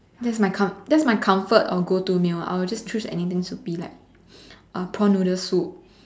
that's my com~ that's my comfort or go to meal I'll just choose anything soupy like uh prawn noodle soup